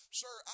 sir